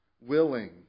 willing